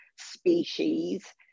species